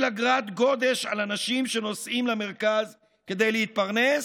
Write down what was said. אגרת גודש על אנשים שנוסעים למרכז כדי להתפרנס?